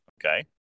Okay